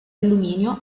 alluminio